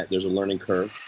there's a learning curve.